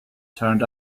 turned